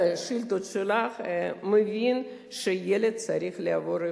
השאילתות שלך מבין שילד צריך לעבור אבחון.